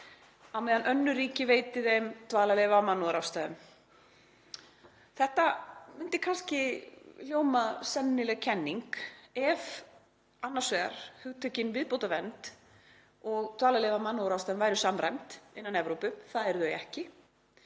á meðan önnur ríki veiti þeim dvalarleyfi af mannúðarástæðum. Þetta myndi kannski hljóma sennileg kenning ef annars vegar hugtökin viðbótarvernd og dvalarleyfi af mannúðarástæðum væru samræmd innan Evrópu, það eru þau ekki,